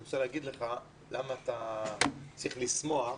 אני רוצה להגיד לך למה אתה צריך לשמוח,